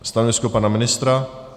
Stanovisko pana ministra?